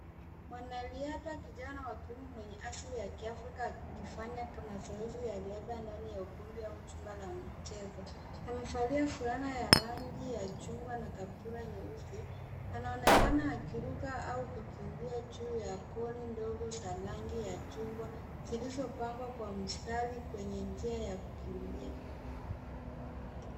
Mwanariadha kijana wa kiume mwenye asili ya kiafrika akifanya mazoezi ya riadha ndani ya ukumbi au chumba la mchezo. Amevalia fulana ya rangi ya chungwa na kaptura nyeusi, anaonekana akiruka au kukimbia juu ya koni ndogo za rangi ya chungwa zilizo pangwa kwa mistari kwenye njia ya kukimbia.